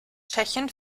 tschechien